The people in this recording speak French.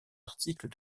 articles